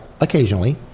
Occasionally